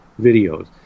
videos